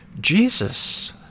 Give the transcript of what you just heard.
Jesus